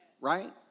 right